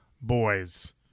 boys